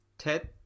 TED